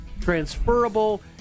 transferable